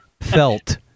felt